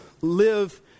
live